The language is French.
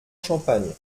champagne